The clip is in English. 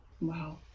wow